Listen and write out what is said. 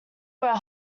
were